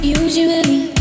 usually